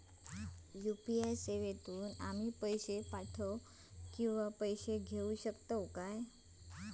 UPI सेवेतून आम्ही पैसे पाठव किंवा पैसे घेऊ शकतू काय?